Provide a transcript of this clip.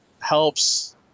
helps